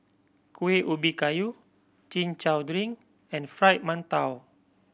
Kuih Ubi Kayu Chin Chow drink and Fried Mantou